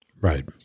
right